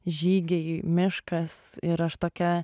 žygiai miškas ir aš tokia